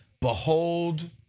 Behold